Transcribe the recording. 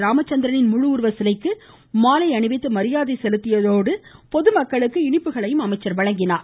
ராமச்சந்திரனின் முழு உருவசிலைக்கு மாலை அணிவித்து மரியாதை செலுத்தியதோடு பொதுமக்களுக்கு இனிப்புகளையும் அவர் வழங்கினார்